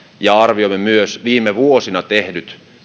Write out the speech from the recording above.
ja arvioimme myös viime vuosina tehdyt